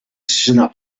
sisena